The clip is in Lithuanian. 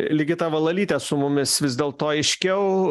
ligita valalytė su mumis vis dėlto aiškiau